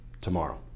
tomorrow